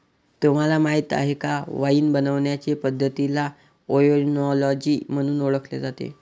तुम्हाला माहीत आहे का वाइन बनवण्याचे पद्धतीला ओएनोलॉजी म्हणून ओळखले जाते